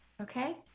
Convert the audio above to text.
Okay